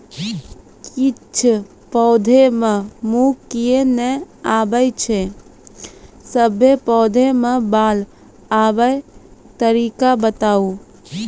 किछ पौधा मे मूँछ किये नै आबै छै, सभे पौधा मे बाल आबे तरीका बताऊ?